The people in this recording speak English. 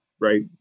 right